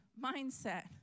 mindset